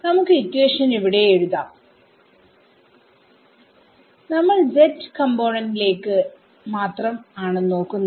നമുക്ക് ഇക്വേഷൻ ഇവിടെ എഴുതാം നമ്മൾ z കമ്പോണെന്റിലേക്ക്മാത്രം ആണ് നോക്കുന്നത്